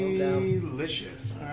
Delicious